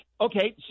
okay